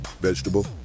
vegetable